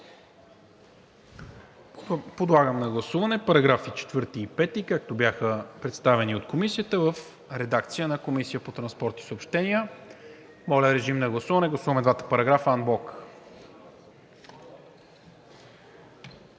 Подлагам на гласуване параграфи 4 и 5, както бяха представени от Комисията, в редакция на Комисията по транспорт и съобщения. Гласуваме двата параграфа анблок.